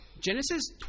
Genesis